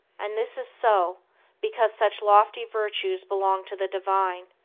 and this is so because such lofty virtues belong to the divine,